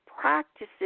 practices